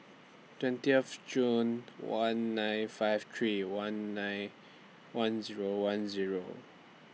twentieth Jul one nine five three one nine one Zero one Zero